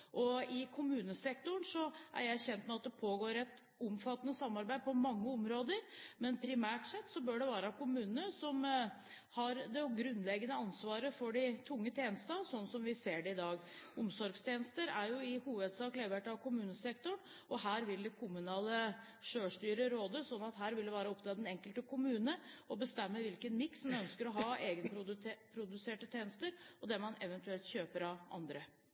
sykehus. I kommunesektoren er jeg kjent med at det pågår et omfattende samarbeid på mange områder. Men primært sett bør det være kommunene som har det grunnleggende ansvaret for de tunge tjenestene, slik vi ser det i dag. Omsorgstjenester er jo i hovedsak levert av kommunesektoren, og her vil det kommunale selvstyret råde, slik at det vil være opp til den enkelte kommune å bestemme hvilken miks man ønsker å ha – av egenproduserte tjenester og det man eventuelt kjøper av andre.